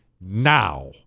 now